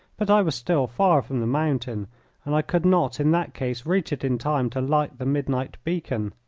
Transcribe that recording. but i was still far from the mountain and i could not in that case reach it in time to light the midnight beacon.